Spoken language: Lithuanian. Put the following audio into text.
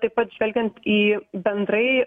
taip pat žvelgiant į bendrai